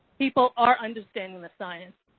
people are understanding the science,